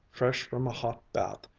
fresh from a hot bath,